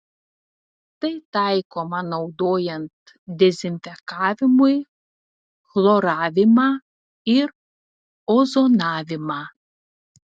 tai taikoma naudojant dezinfekavimui chloravimą ir ozonavimą